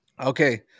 Okay